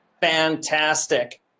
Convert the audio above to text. fantastic